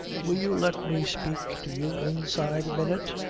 will you let me speak to you inside a minute?